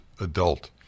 adult